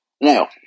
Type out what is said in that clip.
Now